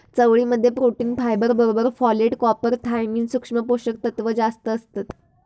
चवळी मध्ये protein, fibre बरोबर फोलेट, कॉपर, थायमिन, सुक्ष्म पोषक तत्त्व जास्तं असतत